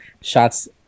shots